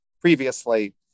previously